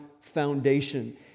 foundation